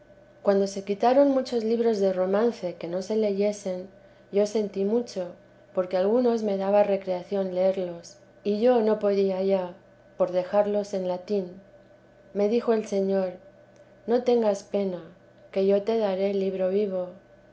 cuando se quitaron muchos libros de romance que no se leyesen yo sentí mucho porque algunos me daba recreación leerlos y yo no podía ya por dejar los en latín me dijo el señor no tengas pena que yo te daré libro vivo